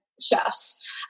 chefs